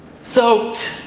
Soaked